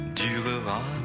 durera